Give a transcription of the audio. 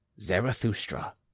Zarathustra